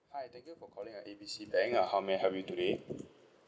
hi thank you for calling uh A B C bank uh how may I help you today